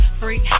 freak